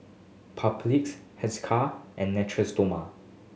Papulex Hiscar and Natura Stoma